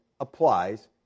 applies